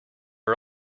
are